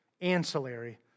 ancillary